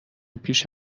پیش